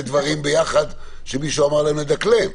דברים ביחד שמישהו אמר להם לדקלם.